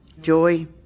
joy